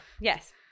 Yes